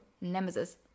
nemesis